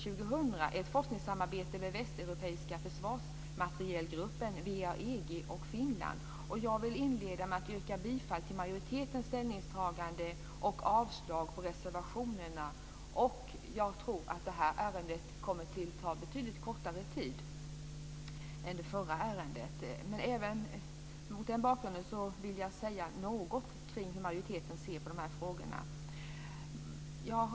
Jag vill inleda med att yrka bifall till majoritetens ställningstagande och avslag på reservationerna. Jag tror att det här ärendet kommer att ta betydligt kortare tid än det förra ärendet. Jag vill ändå säga något om hur majoriteten ser på dessa frågor.